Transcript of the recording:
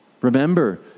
remember